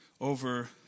over